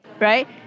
right